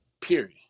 period